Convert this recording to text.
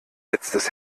letztes